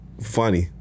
funny